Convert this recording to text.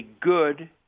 good